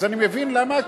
אז אני מבין למה,